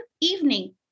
evening